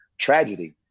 tragedy